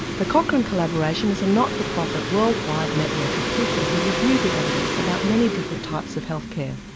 the cochrane collaboration is a not for profit, worldwide network of people who review the evidence about many different types of health care.